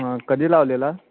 हां कधी लावलेला